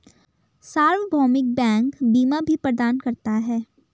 सार्वभौमिक बैंक बीमा भी प्रदान करता है